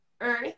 earth